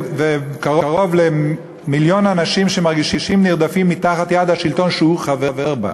קרוב למיליון אנשים שמרגישים נרדפים תחת יד השלטון שהוא חבר בו.